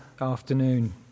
afternoon